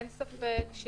אין ספק,